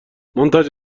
منتج